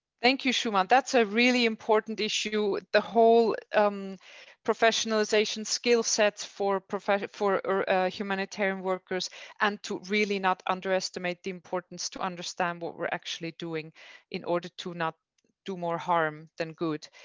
thank you, sumant. that's a really important issue. the whole um professionalization skill set for profession, for humanitarian workers and to really not underestimate the importance to understand what we're actually doing in order to not do more harm than good.